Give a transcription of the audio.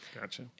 Gotcha